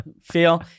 feel